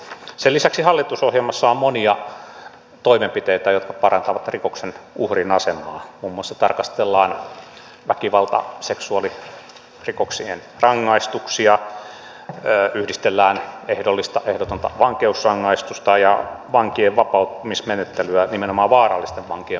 sen lisäksi hallitusohjelmassa on monia toimenpiteitä jotka parantavat rikoksen uhrin asemaa muun muassa tarkastellaan väkivalta seksuaalirikoksien rangaistuksia yhdistellään ehdollista ja ehdotonta vankeusrangaistusta ja kehitellään vankien vapauttamismenettelyä nimenomaan vaarallisten vankien vapauttamismenettelyä